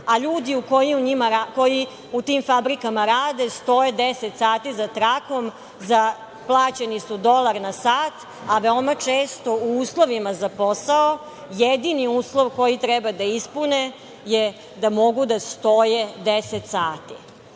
a ljudi koji u tim fabrikama rade stoje 10 sati za trakom. Plaćeni su dolar na sat, a veoma često u uslovima za posao jedini uslov koji treba da ispune je da mogu da stoje 10 sati. Kada